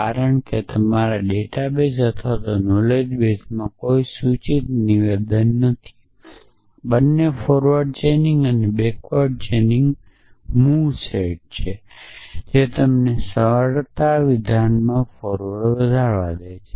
કારણ કે તમારા ડેટા બેઝ અથવા નોલેજ બેસમાં કોઈ સૂચિત નિવેદનો નથી બંને ફોરવર્ડ ચેઇનિંગઅને બેકવર્ડ ચેઇનિંગમૂવ સેટ છે જે તમને સરળતા વિધાનમાં ફોરવર્ડ વધવા દે છે